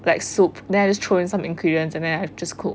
like soup then I just throw in some ingredients and then I just cook